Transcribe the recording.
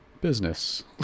Business